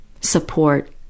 support